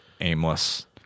aimless